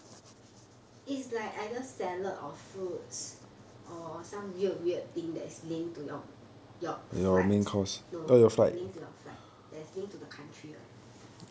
it's like either salad or fruit or some weird weird thing that is linked to your your flight no linked their flight as linked to the country [one]